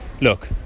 look